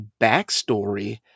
backstory